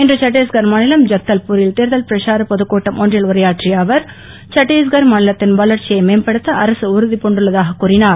இன்று சட்டீஸ்கர் மாநிலம் ஐக்தல்பூ ரில் தேர்தல் பிரச்சார பொதுக்கூட்டம் ஒன்றில் உரையாற்றிய அவர் சட்டீஸ்கர் மாநிலத்தின் வளர்ச்சியை மேம்படுத்த அரசு உறுதி பூண்டுள்ளதாகக் கூறினுர்